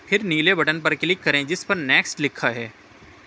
پھر نیلے بٹن پر کلک کریں جس پر نیکسٹ لکھا ہے